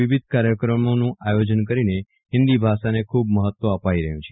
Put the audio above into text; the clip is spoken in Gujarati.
વિવિધ કાર્યક્રમોનું આયોજન કરીને હિન્દી ભાષાને ખૂબ મહત્વ અપાઈ રહ્યું છે